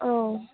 औ